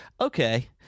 okay